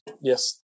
Yes